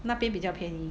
那边比较便宜